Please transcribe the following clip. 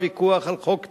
הוויכוח על חוק טל,